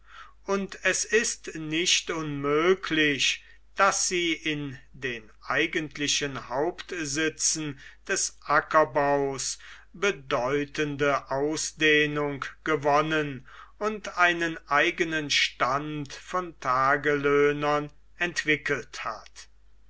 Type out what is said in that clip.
und es ist nicht unmöglich daß sie in den eigentlichen hauptsitzen des ackerbaus bedeutende ausdehnung gewonnen und einen eigenen stand von tagelöhnern entwickelt hat